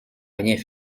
rien